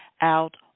out